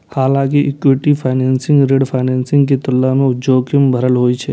हालांकि equity financing ऋण financing के तुलना मे जोखिम भरल होइ छै